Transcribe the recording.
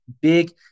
big